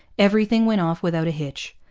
everything went off without a hitch.